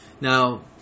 Now